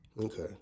okay